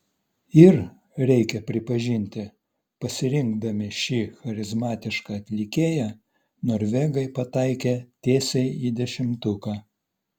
ir reikia pripažinti pasirinkdami šį charizmatišką atlikėją norvegai pataikė tiesiai į dešimtuką